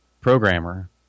programmer